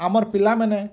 ଆମର୍ ପିଲାମାନେ